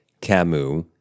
Camus